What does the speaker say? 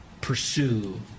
pursue